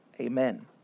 amen